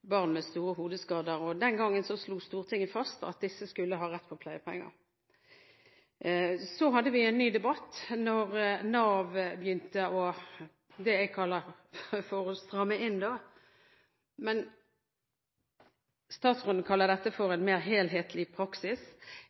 barn med store hodeskader, og da slo Stortinget fast at disse skulle ha rett på pleiepenger. Så hadde vi en ny debatt da Nav begynte det jeg kaller å stramme inn, men statsråden kaller det en mer helhetlig praksis.